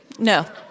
No